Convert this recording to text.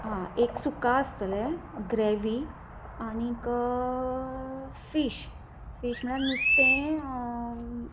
आं एक सुका आसतलें ग्रॅवीक आनी फीश फीश म्हणल्यार नुस्तें